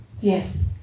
Yes